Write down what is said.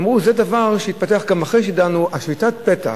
אמרו: זה דבר שהתפתח גם אחרי שדנו, שביתת פתע.